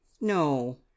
no